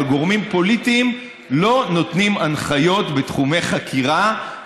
אבל גורמים פוליטיים לא נותנים הנחיות בתחומי חקירה,